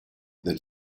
del